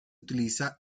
utiliza